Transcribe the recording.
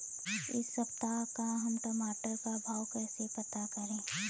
इस सप्ताह का हम टमाटर का भाव कैसे पता करें?